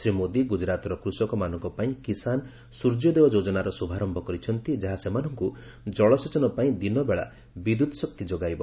ଶ୍ରୀମୋଦୀ ଗ୍ରଜରାତର କୃଷକମାନଙ୍କ ପାଇଁ କିଷାନ ସ୍ୱର୍ଯ୍ୟୋଦୟ ଯୋଜନାର ଶୁଭାରମ୍ଭ କରିଛନ୍ତି ଯାହା ସେମାନଙ୍କୁ ଜଳସେଚନ ପାଇଁ ଦିନବେଳା ବିଦ୍ୟୁତ୍ ଶକ୍ତି ଯୋଗାଇବ